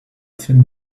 tin